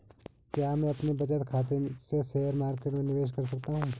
क्या मैं अपने बचत खाते से शेयर मार्केट में निवेश कर सकता हूँ?